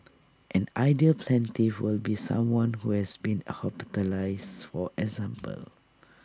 an ideal plaintiff would be someone who has been hospitalised for example